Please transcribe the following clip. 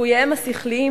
ליקוייהם השכליים,